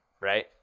Right